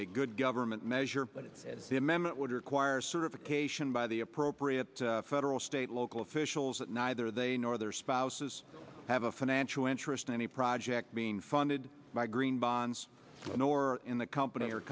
a good government measure but the amendment would require certification by the appropriate federal state local officials that neither they nor their spouses have a financial interest in any project being funded by green bonds nor in the company or